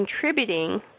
contributing